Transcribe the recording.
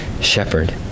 shepherd